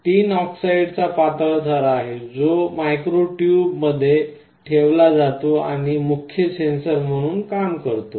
टीन डायऑक्साईडचा पातळ थर आहे जो मायक्रो ट्यूबमध्ये ठेवला जातो आणि मुख्य सेन्सर म्हणून काम करतो